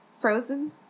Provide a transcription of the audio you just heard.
Frozen